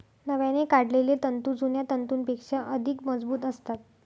नव्याने काढलेले तंतू जुन्या तंतूंपेक्षा अधिक मजबूत असतात